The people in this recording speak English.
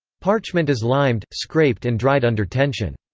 parchment is limed, scraped and dried under tension.